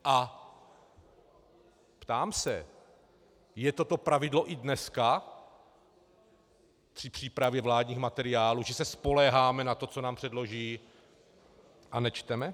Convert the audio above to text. A ptám se, je toto pravidlo i dneska při přípravě vládních materiálů, že se spoléháme na to, co nám předloží, a nečteme?